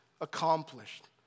accomplished